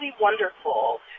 wonderful